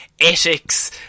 ethics